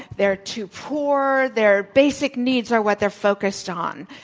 they're too poor, their basic needs are what they're focused on.